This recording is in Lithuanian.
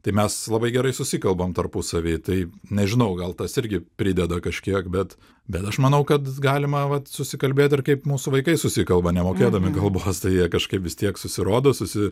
tai mes labai gerai susikalbam tarpusavy tai nežinau gal tas irgi prideda kažkiek bet bet aš manau kad galima vat susikalbėt ir kaip mūsų vaikai susikalba nemokėdami kalbos tai jie kažkaip vis tiek susirodo susi